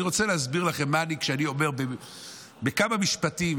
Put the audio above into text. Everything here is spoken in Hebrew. אני רוצה להסביר לכם בכמה משפטים,